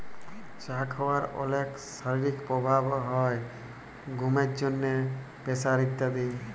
চা খাওয়ার অলেক শারীরিক প্রভাব হ্যয় ঘুমের জন্হে, প্রেসার ইত্যাদি